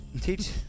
teach